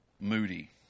Moody